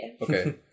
Okay